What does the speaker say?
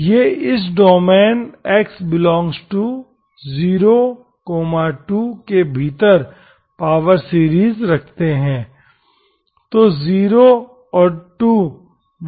तो 0 और 2 विलक्षण बिंदु हैं